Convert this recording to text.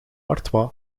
artois